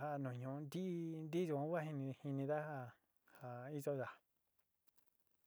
ja nu ñuu nti ntií yua kua jinidá ja iyoyá.